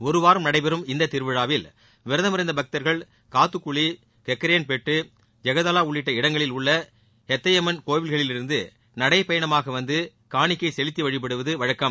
ஒருவாரம் நடைபெறும் இந்தத் திருவிழாவில் விரதமிருந்த பக்தர்கள் காத்துகுளி கெக்கரேன் பெட்டு ஜெகதளா உள்ளிட்ட ஹெத்தையம்மன் கோவில்களிலிருந்து நடைப்பயணமாக வந்து காணிக்கை செலுத்தி வழிபடுவது வழக்கம்